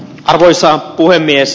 arvoisa puhemies